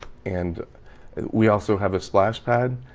and we also have a splash pad,